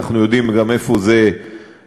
אנחנו יודעים גם איפה זה ייגמר,